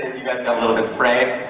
you guys got a little bit sprayed?